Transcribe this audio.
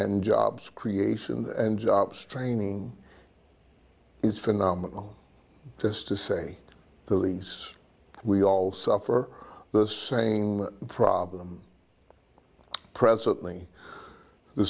and jobs creation and jobs training is phenomenal just to say the least we all suffer the same problem presently the